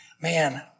Man